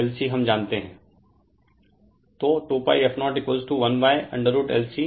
Refer Slide Time 1019 तो 2π f01√LC f0 दिया गया हैं 100 हर्ट्ज़